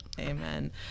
Amen